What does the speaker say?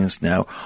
Now